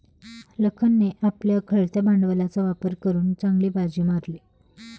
लखनने आपल्या खेळत्या भांडवलाचा वापर करून चांगली बाजी मारली